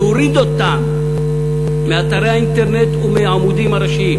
להוריד אותם מאתרי האינטרנט ומהעמודים הראשיים,